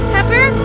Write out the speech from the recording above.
Pepper